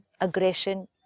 aggression